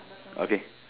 okay